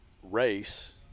Race